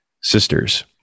sisters